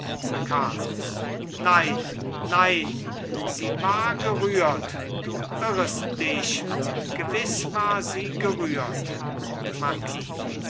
carlos nein nein sie war gerührt du irrest dich gewiß war sie gerührt